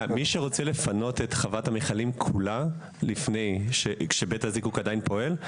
מי שרוצה לפנות את חוות המכלים כולה כשבית הזיקוק פועל,